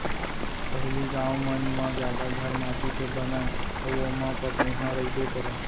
पहिली गॉंव मन म जादा घर माटी के बनय अउ ओमा पटउहॉं रइबे करय